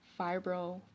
fibro